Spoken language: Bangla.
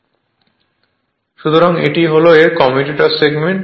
রেফার করুন স্লাইড টাইম 2041 সুতরাং এটি হল এর কমিউটার সেগমেন্ট